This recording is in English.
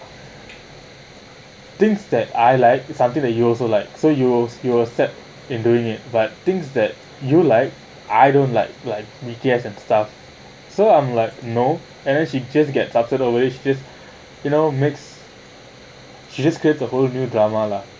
things that I like something that you also like so you will you will step in doing it but things that you like I don't like like micky and stuff so I'm like no and then she just get started always just you know mix she just gets a whole new drama lah